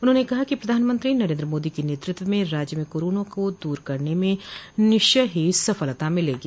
उन्होंने कहा कि प्रधानमंत्री नरेन्द्र मोदी के नेतृत्व में राज्य में कोरोना को दूर करने में निश्चय ही सफलता मिलेगी